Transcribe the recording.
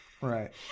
Right